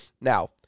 now